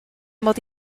mod